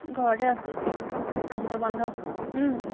ঘৰতে আছোঁ আজিতো বন্ধ হু